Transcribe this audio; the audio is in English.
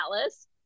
Alice